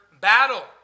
battle